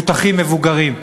220,000 מבוטחים מבוגרים.